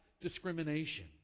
discrimination